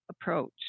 approach